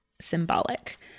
symbolic